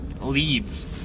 leaves